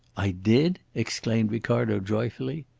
i did? exclaimed ricardo joyfully.